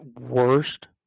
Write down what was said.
worst